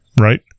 right